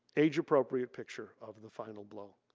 age appropriate picture of the final blow.